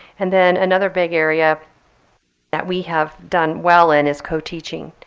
and then another big area that we have done well in is co-teaching.